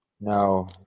no